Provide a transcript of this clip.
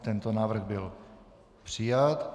Tento návrh byl přijat.